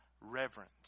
reverence